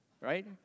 Right